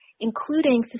including